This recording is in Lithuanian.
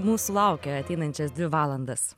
mūsų laukia ateinančias dvi valandas